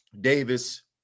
davis